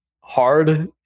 hard